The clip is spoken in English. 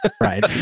Right